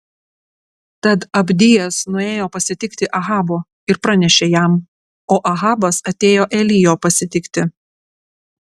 tad abdijas nuėjo pasitikti ahabo ir pranešė jam o ahabas atėjo elijo pasitikti